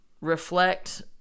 reflect